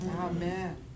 Amen